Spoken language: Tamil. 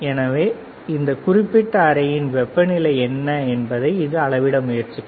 எனவே இந்த குறிப்பிட்ட அறையின் வெப்பநிலை என்ன என்பதை இது அளவிட முயற்சிக்கும்